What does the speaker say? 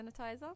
sanitizer